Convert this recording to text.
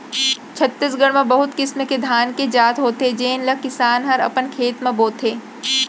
छत्तीसगढ़ म बहुत किसिम के धान के जात होथे जेन ल किसान हर अपन खेत म बोथे